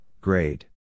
grade